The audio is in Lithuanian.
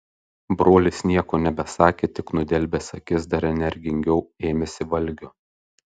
brolis nieko nebesakė tik nudelbęs akis dar energingiau ėmėsi valgio